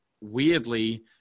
weirdly